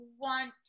want